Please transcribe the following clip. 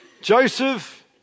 Joseph